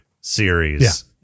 series